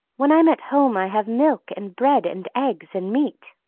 when i'm at home i have milk, and bread, and eggs, and meat.